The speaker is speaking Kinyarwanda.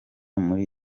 muri